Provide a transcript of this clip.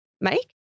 make